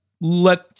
let